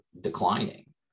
declining